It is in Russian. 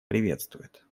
приветствует